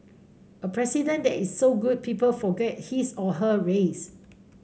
a president that is so good people forget his or her race